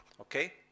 Okay